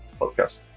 podcast